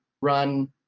run